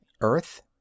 Earth